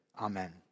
Amen